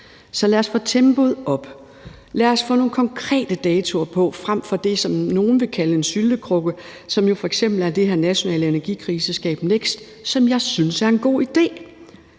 Så lad os få tempoet op. Lad os få nogle konkrete datoer på, frem for det, som nogle vil kalde en syltekrukke. Det er jo f.eks. den her nationale energikrisestab, NEKST, som jeg synes er en god idé.